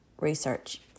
research